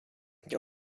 nie